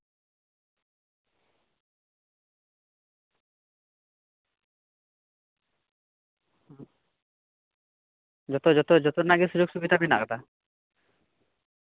ᱡᱚᱛᱚ ᱡᱚᱛᱚ ᱡᱚᱛᱚ ᱨᱮᱱᱟᱜ ᱜᱮ ᱥᱩᱡᱳᱜᱽ ᱥᱩᱵᱤᱫᱷᱟ ᱢᱮᱱᱟᱜ ᱠᱟᱫᱟ